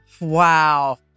Wow